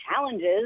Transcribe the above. challenges